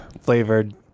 flavored